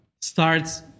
starts